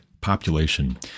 population